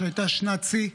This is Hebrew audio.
שהייתה שנת שיא,